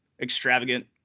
extravagant